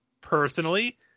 Personally